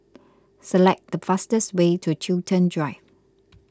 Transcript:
select the fastest way to Chiltern Drive